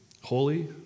holy